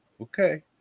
okay